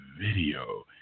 video